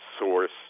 source